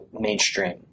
mainstream